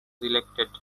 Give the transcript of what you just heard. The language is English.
elected